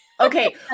Okay